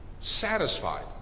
satisfied